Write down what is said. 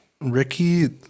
Ricky